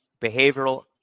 behavioral